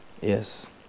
Yes